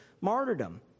martyrdom